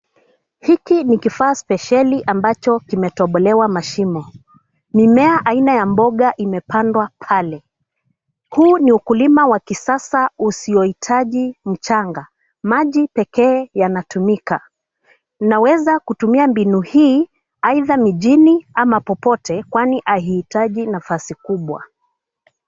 Hiki ni kifaa spesheli ambacho kimetobolewa mashimo. Mimea aina ya mboga imepandwa pale. Huu ni ukulima wa kisasa usio hitaji mchanga, maji pekee yanatumika. Unaweza kutumia mbinu hii aidha mijini ama popote kwani haihitaji nafasi kubwa.